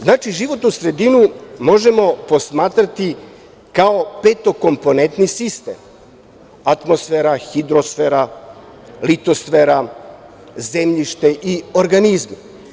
Znači, životnu sredinu možemo posmatrati kao petokomponentni sistem - atmosfera, hidrosfera, litosfera, zemljište i organizmi.